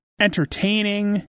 entertaining